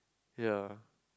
ya